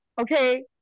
okay